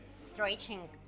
stretching